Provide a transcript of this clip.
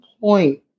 point